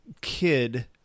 kid